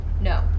No